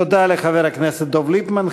תודה לחבר הכנסת דב ליפמן.